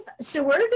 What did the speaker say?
Seward